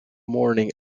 morning